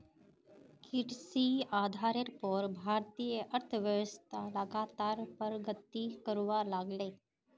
कृषि आधारेर पोर भारतीय अर्थ्वैव्स्था लगातार प्रगति करवा लागले